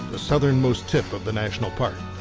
the southernmost tip of the national park.